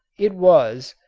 it was,